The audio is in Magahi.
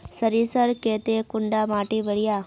सरीसर केते कुंडा माटी बढ़िया?